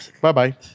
Bye-bye